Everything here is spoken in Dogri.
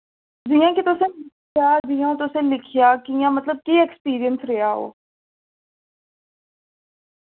जि'यां कि तुसें जि'यां कि तुसें लिखेआ कि'यां मतलब केह् ऐक्सपीरियंस रेहा ओह्